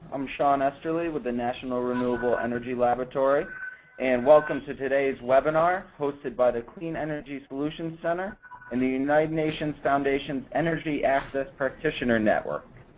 i'm sean esterly with the national renewable energy laboratory and welcome to today's webinar hosted by the clean energy solutions center and the united nations foundation's energy access practitioner network.